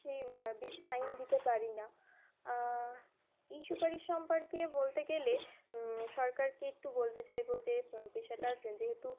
সেই বেশি টাইম দিতে পারি না এই সুপারিশ সম্পর্কে বলতে গেলে সরকারকে একটু বলতে চাইব যে পেশাটার যেহেতু